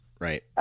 Right